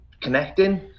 connecting